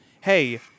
hey